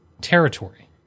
territory